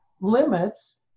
limits